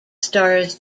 stars